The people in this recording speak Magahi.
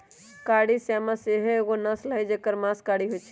कारी श्यामा सेहो एगो नस्ल हई जेकर मास कारी होइ छइ